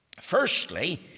Firstly